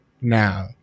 now